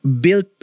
built